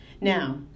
Now